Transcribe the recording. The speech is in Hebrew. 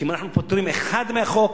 כי אם אנחנו פוטרים אחד מהחוק,